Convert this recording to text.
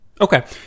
okay